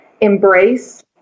embrace